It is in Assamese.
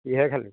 কিহেৰে খালি